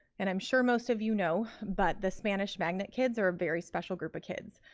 and i'm sure most of you know, but the spanish magnet kids are a very special group of kids.